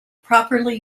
properly